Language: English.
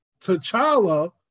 T'Challa